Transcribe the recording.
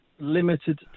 limited